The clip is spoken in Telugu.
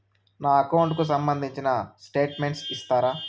నా అకౌంట్ కు సంబంధించిన స్టేట్మెంట్స్ ఇస్తారా